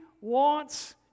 wants